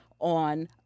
on